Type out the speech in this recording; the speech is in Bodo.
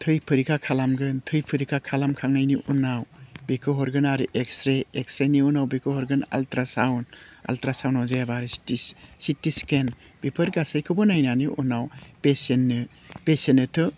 थै फरिखा खालामगोन थै फरिखा खालामखांनायनि उनाव बेखौ हरगोन आरो एक्सस्रे एक्सस्रे उनाव बेखौ हरगोन आलट्रा साउन्द आलट्रा साउन्दाव जायाबा सिटि स्केन बेफोर गासैखौबो नायनानै उनाव पेसेन्नो पेसेन्नोथ'